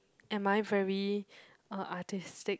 am I very uh artistic